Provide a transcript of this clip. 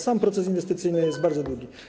Sam proces inwestycyjny jest bardzo długi.